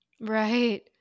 Right